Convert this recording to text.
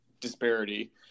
disparity